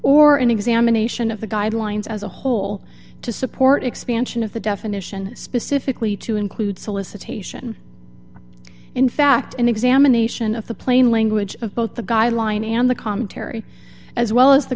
or an examination of the guidelines as a whole to support expansion of the definition specifically to include solicitation in fact an examination of the plain language of both the guideline and the commentary as well as the